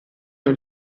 non